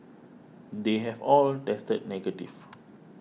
they have all tested negative